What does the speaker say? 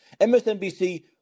MSNBC